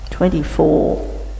Twenty-four